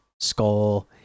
Skull